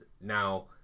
Now